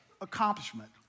accomplishment